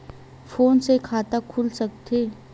Phone से खाता खुल सकथे?